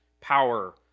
power